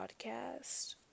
podcast